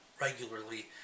regularly